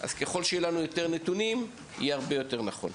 לכן ככל שיהיו לנו יותר נתונים זה יהיה הרבה יותר נכון.